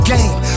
Game